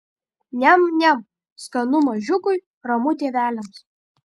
niam niam skanu mažiukui ramu tėveliams